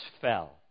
fell